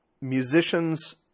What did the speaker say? musicians